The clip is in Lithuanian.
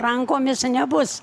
rankomis nebus